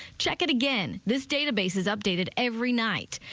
check it again. this database is updated every night.